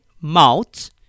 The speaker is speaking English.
mouth